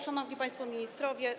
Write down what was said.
Szanowni Państwo Ministrowie!